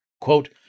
quote